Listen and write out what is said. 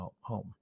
home